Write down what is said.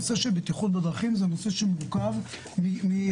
נושא הבטיחות בדרכים הוא נושא שנוגע כמעט